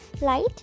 light